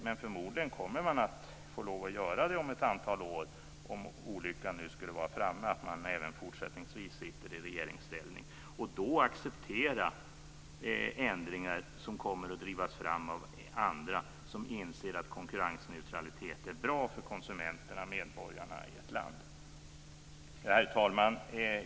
Men förmodligen kommer man att få göra det om ett antal år, om olyckan nu skulle vara framme och man även fortsättningsvis sitter i regeringsställning. Då får man acceptera ändringar som kommer att drivas fram av andra, som inser att konkurrensneutralitet är bra för konsumenterna och medborgarna i ett land. Herr talman!